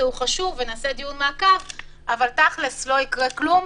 הוא חשוב ונעשה דיון מעקב אבל תכל'ס לא יקרה כלום.